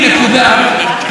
נקודה,